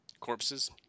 Corpses